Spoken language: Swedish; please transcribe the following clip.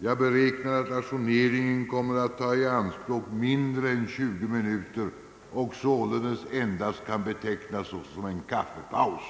Jag beräknar att ajourneringen kommer att ta i anspråk mindre än 20 minuter och således endast kan betecknas såsom en kaffepaus.